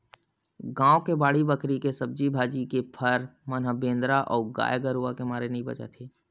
गाँव के बाड़ी बखरी के सब्जी भाजी, के फर मन ह बेंदरा अउ गाये गरूय के मारे नइ बाचत हे